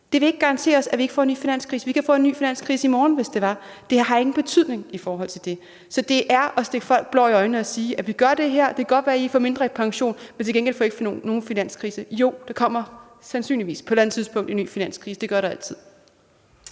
Det vil ikke garantere os, at vi ikke får en ny finanskrise. Vi kan få en ny finanskrise i morgen, hvis det var, så det har ingen betydning i forhold til det. Så det er at stikke folk blår i øjnene at sige: Vi gør det her, og det kan godt være, at I får mindre i pension, men I får til gengæld ikke nogen finanskrise. Jo, der kommer sandsynligvis på et eller andet tidspunkt en ny finanskrise. Det gør der altid.